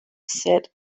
said